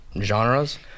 genres